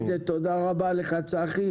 נעשה את זה, תודה רבה לך צחי.